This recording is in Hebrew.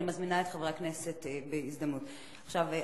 אני מזמינה את חברי הכנסת בהזדמנות זו.